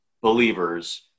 believers